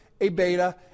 A-beta